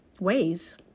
ways